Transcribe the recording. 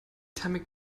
thermik